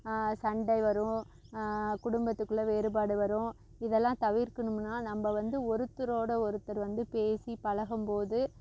சண்டை வரும் குடும்பத்துக்குள்ளே வேறுபாடு வரும் இதெல்லாம் தவிர்க்கணும்ன்னால் நம்ம வந்து ஒருத்தரோடய ஒருத்தர் வந்து பேசிப் பழகம்போது